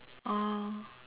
ah